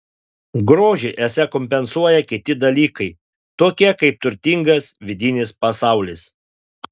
grožį esą kompensuoja kiti dalykai tokie kaip turtingas vidinis pasaulis